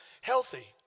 healthy